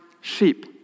sheep